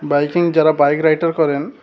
biking যারা bike rider করেন